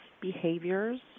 behaviors